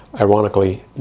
ironically